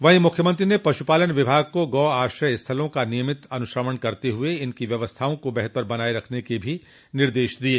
वहीं मुख्यमंत्री ने पशुपालन विभाग को गोआश्रय स्थलों का नियमित अनुश्रवण करते हुए इनकी व्यवस्थाओं को बेहतर बनाये रखने के भी निर्देश दिये